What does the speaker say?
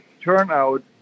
turnout